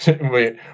wait